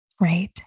right